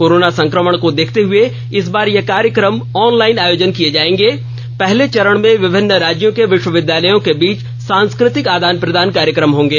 corona संक्रमण को देखते हुए इस बार ये कार्यक्रम ऑनलाइन आयोजन किए जाएंगे पहले चरण में विभिन्न राज्यों के विश्वविदयायों के बीच सांस्कृतिक आदान प्रदान कार्यक्रम होंगे